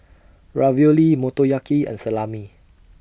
Ravioli Motoyaki and Salami